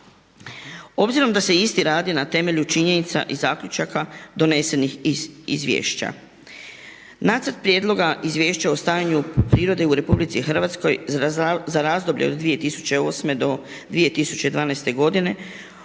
Obzirom da se isti radi na temelju činjenica i zaključaka donesenih iz izvješća. Nacrt prijedloga Izvješća o stanju prirode u RH za razdoblje od 2008. do 2012. godine